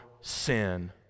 sin